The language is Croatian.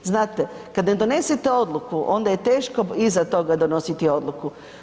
Znate, kad ne donesete odluku, onda je teško iza toga donositi odluku.